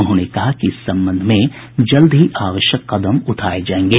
उन्होंने कहा कि इस संबंध में जल्द ही आवश्यक कदम उठाये जायेंगे